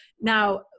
Now